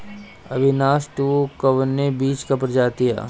अविनाश टू कवने बीज क प्रजाति ह?